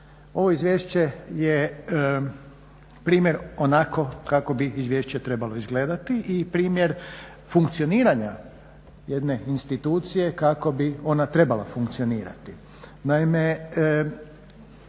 Ovo izvješće je primjer onako kako bi izvješće trebalo izgledati i primjer funkcioniranja jedne institucije kako bi ona trebala funkcionirati.